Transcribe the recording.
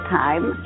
time